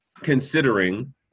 Considering